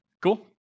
Cool